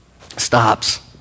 stops